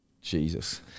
Jesus